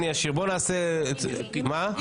אני אשאיר, בואו נעשה את ג'.